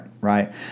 right